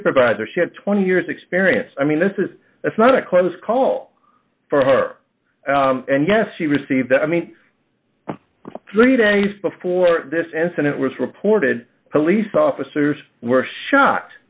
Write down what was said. supervisor she had twenty years experience i mean this is it's not a close call for her and yes she received i mean green days before this incident was reported police officers were shot